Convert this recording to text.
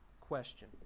question